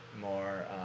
more